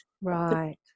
Right